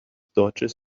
dodges